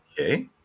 Okay